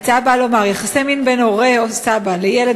ההצעה באה לומר: יחסי מין בין הורה או סבא לילד